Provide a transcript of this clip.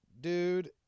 dude